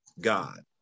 God